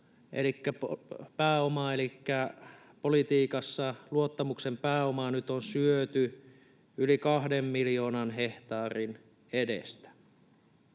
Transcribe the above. elikkä politiikassa luottamuksen pääomaa, nyt on syöty yli kahden miljoonan hehtaarin edestä.